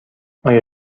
آیا